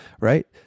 right